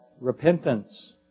repentance